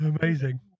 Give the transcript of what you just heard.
Amazing